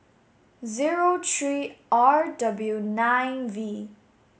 zero three R W nine V